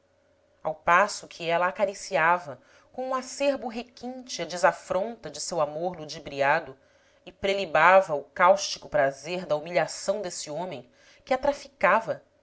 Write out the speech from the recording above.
ao passo que ela acariciava com um acerbo requinte a desafronta de seu amor ludibriado e prelibava o cáustico prazer da humilhação desse homem que a traficava